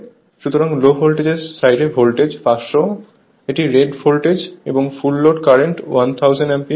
সুতরাং low voltage side voltage 500 এটি rate voltage এবং ফুল লোড কারেন্ট 1000 অ্যাম্পিয়ার